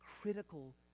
critical